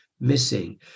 missing